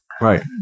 right